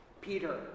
Peter